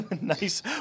nice